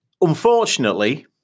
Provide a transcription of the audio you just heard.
Unfortunately